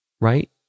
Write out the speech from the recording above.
right